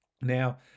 Now